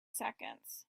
seconds